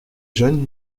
jeunes